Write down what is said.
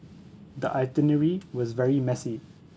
the itinerary was very messy